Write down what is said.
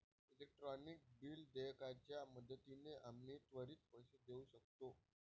electronic bill देयकाच्या मदतीने आम्ही त्वरित पैसे देऊ शकतो